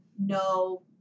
no